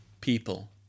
people